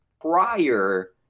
prior